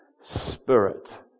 spirit